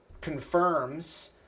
confirms